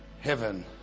Heaven